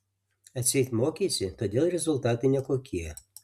atseit mokeisi todėl rezultatai nekokie